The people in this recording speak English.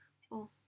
oh